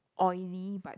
oily but